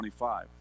25